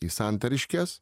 į santariškes